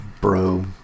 bro